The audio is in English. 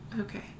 okay